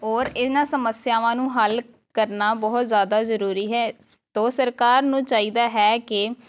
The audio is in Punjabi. ਔਰ ਇਨ੍ਹਾਂ ਸਮੱਸਿਆਵਾਂ ਨੂੰ ਹੱਲ ਕਰਨਾ ਬਹੁਤ ਜ਼ਿਆਦਾ ਜ਼ਰੂਰੀ ਹੈ ਤੋ ਸਰਕਾਰ ਨੂੰ ਚਾਹੀਦਾ ਹੈ ਕਿ